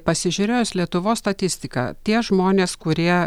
pasižiūrėjus lietuvos statistiką tie žmonės kurie